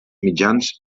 mitjans